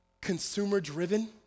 consumer-driven